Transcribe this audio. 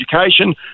education